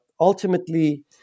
ultimately